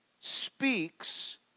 speaks